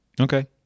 Okay